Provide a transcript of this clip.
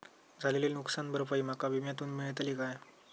झालेली नुकसान भरपाई माका विम्यातून मेळतली काय?